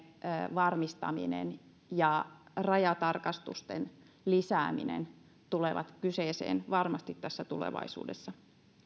varmistaminen ja rajatarkastusten lisääminen tulevat kyseeseen varmasti tulevaisuudessa